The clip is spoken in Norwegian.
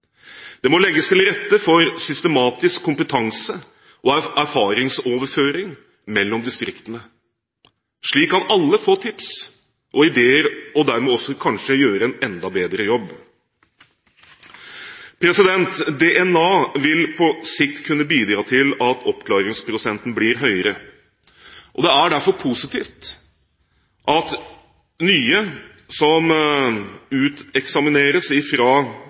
Det må legges til rette for systematisk kompetanse- og erfaringsoverføring mellom distriktene. Slik kan alle få tips og ideer og dermed også kanskje gjøre en enda bedre jobb. DNA vil på sikt kunne bidra til at oppklaringsprosenten blir høyere. Det er derfor positivt at de nye som uteksamineres